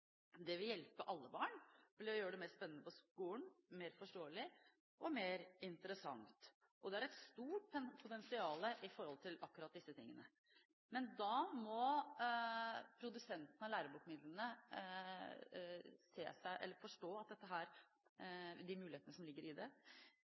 Det vil hjelpe alle barn og vil gjøre det mer spennende på skolen, mer forståelig og mer interessant. Det er et stort potensial med hensyn til akkurat disse tingene. Da må produsentene